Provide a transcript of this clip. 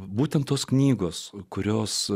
būtent tos knygos kurios